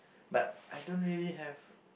but I don't really have